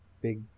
big